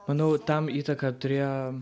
manau tam įtaką turėjo